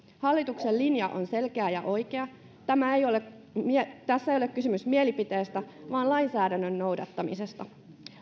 hallituksen linja on selkeä ja oikea tässä ei ole kysymys mielipiteestä vaan lainsäädännön noudattamisesta